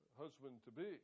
husband-to-be